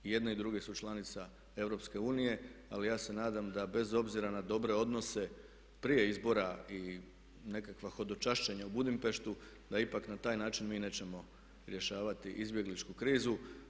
I jedni i drugi su članica Europske unije ali ja se nadam da bez obzira na dobre odnose prije iznosa i nekakva hodočašćenja u Budimpeštu da ipak na taj način mi nećemo rješavati izbjegličku krizu.